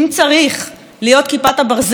להיות כיפת הברזל של שלטון החוק,